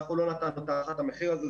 אנחנו לא נתנו את הערכת המחיר הזאת,